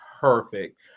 perfect